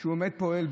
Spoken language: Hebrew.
שהוא באמת פועל,